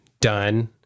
done